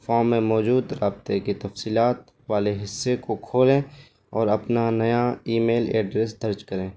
فام میں موجود رابطے کی تفصیلات والے حصے کو کھولیں اور اپنا نیا ای میل ایڈریس درج کریں